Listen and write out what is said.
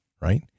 right